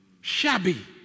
shabby